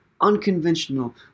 unconventional